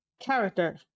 character